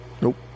Nope